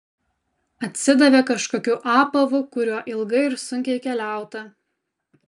atsidavė kažkokiu apavu kuriuo ilgai ir sunkiai keliauta